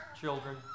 children